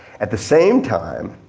at the same time,